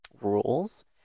rules